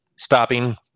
stopping